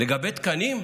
לגבי תקנים,